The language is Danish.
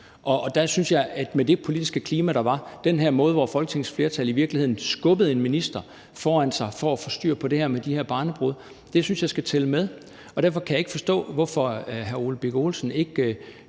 os? Der synes jeg, at det med det politiske klima, der var, den her måde, hvor Folketingets flertal i virkeligheden skubbede en minister foran sig for at få styr på det med de her barnebrude, skal tælle med. Derfor kan jeg ikke forstå, at hr. Ole Birk Olesen ikke